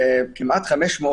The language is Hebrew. וכמעט 500,